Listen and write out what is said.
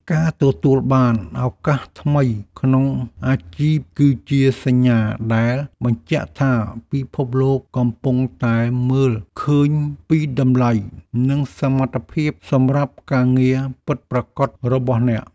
ការទទួលបានឱកាសថ្មីក្នុងអាជីពគឺជាសញ្ញាដែលបញ្ជាក់ថាពិភពលោកកំពុងតែមើលឃើញពីតម្លៃនិងសមត្ថភាពសម្រាប់ការងារពិតប្រាកដរបស់អ្នក។